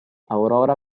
aurora